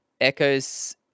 echoes